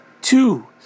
Two